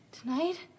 tonight